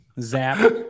Zap